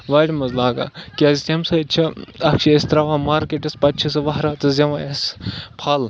وارِ منٛز لاگان کیازِ تَمہِ سۭتۍ چھِ اکھ چھِ أسۍ تراوان مارکیٹس پَتہٕ چھُ سُہ وہرٲتس دِوان اسہِ پھل